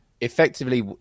Effectively